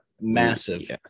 Massive